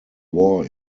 war